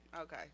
Okay